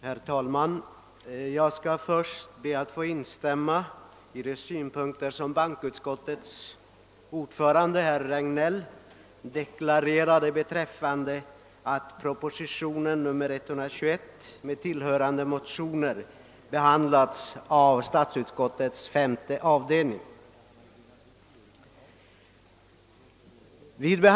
Herr talman! Jag ber först att få instämma i det utalande som bankoutskottets ordförande herr Regnéll gjorde beträffande det förhållandet att propositionen 121 med tillhörande motioner har behandlats av statsutskottets femte avdelning.